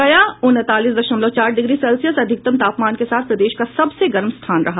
गया उनतालीस दशमलव चार डिग्री सेल्सियस अधिकतम तापमान के साथ प्रदेश का सबसे गर्म स्थान रहा